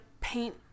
paint